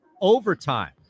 overtime